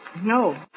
no